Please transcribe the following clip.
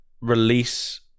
release